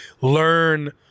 learn